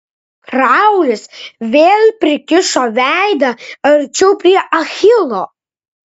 kraulis vėl prikišo veidą arčiau prie achilo